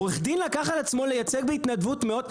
עורך דין לקח על עצמו לייצג בהתנדבות מאות,